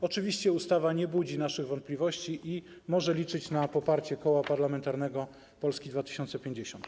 Oczywiście ustawa nie budzi naszych wątpliwości i może liczyć na poparcie Koła Parlamentarnego Polska 2050.